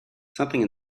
something